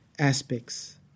Aspects